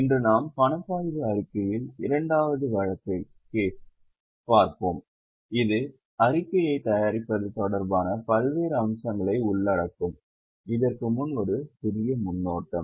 இன்று நாம் பணப்பாய்வு அறிக்கையில் இரண்டாவது வழக்கைச் பாப்போம் இது அறிக்கையைத் தயாரிப்பது தொடர்பான பல்வேறு அம்சங்களை உள்ளடக்கும் அதற்கு முன் ஒரு சிறிய முன்னோட்டம்